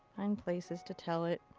fun places to tell it.